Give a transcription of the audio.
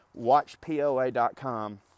watchpoa.com